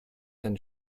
and